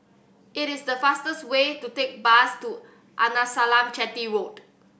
it is the faster way to take bus to Arnasalam Chetty Road